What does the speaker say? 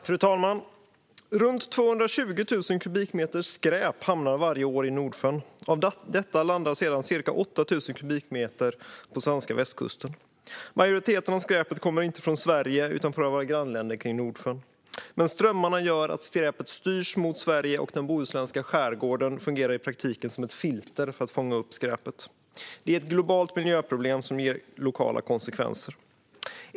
Fru talman! Runt 220 000 kubikmeter skräp hamnar varje år i Nordsjön. Av detta landar sedan ca 8 000 kubikmeter på den svenska västkusten. Majoriteten av skräpet kommer inte från Sverige utan från våra grannländer kring Nordsjön, men strömmarna gör att skräpet styrs mot Sverige. Den bohuslänska skärgården fungerar i praktiken som ett filter för att fånga upp skräpet. Det är ett globalt miljöproblem som ger lokala konsekvenser.